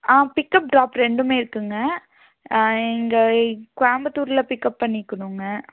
ஆ pickup drop ரெண்டுமே இருக்குங்க இங்கே கோயம்புத்தூரில் பிக்கப் பண்ணிக்கணுங்க